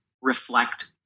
reflect